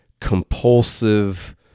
compulsive